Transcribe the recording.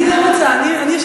אני לא רוצה, אני יושבת-ראש.